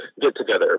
get-together